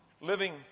living